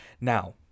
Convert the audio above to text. Now